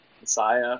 Messiah